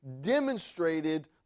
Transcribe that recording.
demonstrated